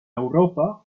europa